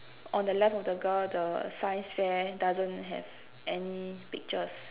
on the left of the girl the science fair doesn't have any pictures